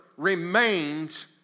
Remains